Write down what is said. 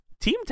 team